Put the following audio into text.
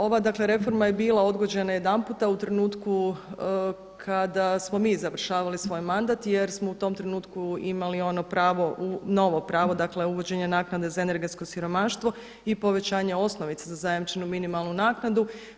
Ova dakle reforma je bila odgođena jedanputa u trenutku kada smo mi završavali svoj mandat jer smo u tom trenutku imali ono pravo, novo pravo, dakle uvođenje naknade za energetsko siromaštvo i povećanje osnovice za zajamčenu minimalnu naknadu.